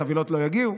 החבילות לא יגיעו.